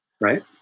Right